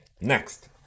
next